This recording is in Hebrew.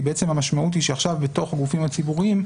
כי בעצם המשמעות היא שעכשיו בתוך הגופים הציבוריים